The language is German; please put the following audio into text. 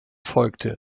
folgte